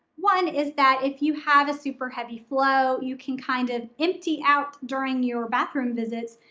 one is that if you have a super heavy flow, you can kind of empty out during your bathroom visits,